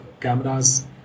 cameras